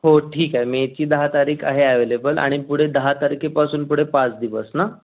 हो ठीक आहे मेची दहा तारीख आहे ॲवेलेबल आणि पुढे दहा तारखेपासून पुढे पाच दिवस ना